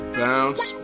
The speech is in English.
bounce